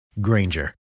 Granger